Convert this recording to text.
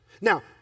now